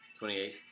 28